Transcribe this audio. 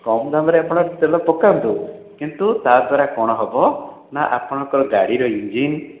କମ୍ ଦାମ୍ ରେ ଆପଣ ତେଲ ପକାନ୍ତୁ କିନ୍ତୁ ତାଦ୍ବାରା କଣହେବ ନା ଆପଣଙ୍କ ଗାଡ଼ିର ଇଞ୍ଜିନ